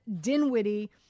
Dinwiddie